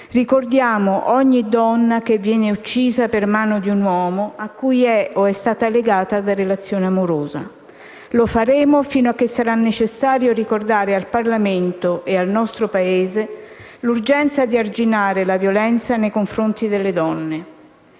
ricordiamo ogni donna che viene uccisa per mano di un uomo, a cui è o è stata legata da relazione amorosa. Lo faremo finché sarà necessario ricordare al Parlamento e al nostro Paese l'urgenza di arginare la violenza nei confronti delle donne.